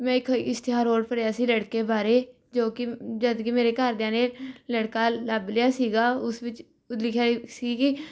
ਮੈਂ ਇੱਕ ਇਸ਼ਤਿਹਾਰ ਹੋਰ ਪੜ੍ਹਿਆ ਸੀ ਲੜਕੇ ਬਾਰੇ ਜੋ ਕਿ ਜਦਕਿ ਮੇਰੇ ਘਰਦਿਆਂ ਨੇ ਲੜਕਾ ਲੱਭ ਲਿਆ ਸੀਗਾ ਉਸ ਵਿੱਚ ਲਿਖਿਆ ਸੀ ਕਿ